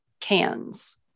cans